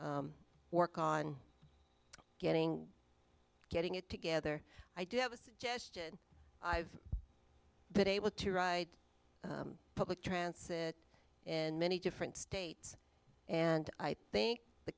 work on getting getting it together i do have a suggestion i've been able to ride public transit and many different states and i think the